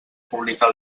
publicar